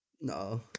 No